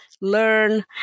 learn